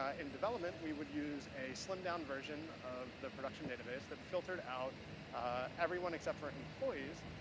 ah in development, we would use a slimmed down version of the production data base that filtered out everyone except for employees.